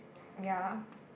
ya